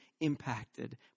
impacted